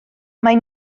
mae